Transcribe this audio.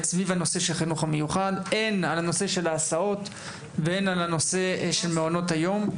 שתדון בנושא ההסעות ובנושא מעונות היום,